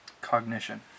cognition